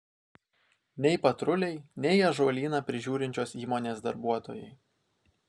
nei patruliai nei ąžuolyną prižiūrinčios įmonės darbuotojai